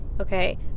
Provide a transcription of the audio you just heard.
okay